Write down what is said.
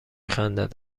خندد